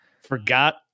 forgot